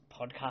podcast